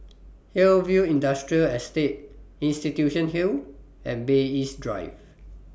Hillview Industrial Estate Institution Hill and Bay East Drive